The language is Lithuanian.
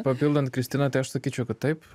papildant kristiną tai aš sakyčiau kad taip